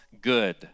good